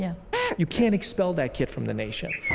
yeah you can't expel that kid from the nation.